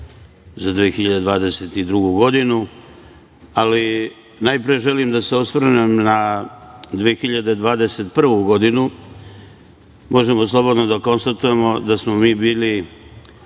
za 2022. godinu, ali najpre želim da se osvrnem na 2021. godinu. Možemo slobodno da konstatujemo da smo mi bili,